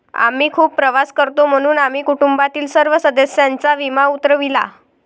आम्ही खूप प्रवास करतो म्हणून आम्ही कुटुंबातील सर्व सदस्यांचा विमा उतरविला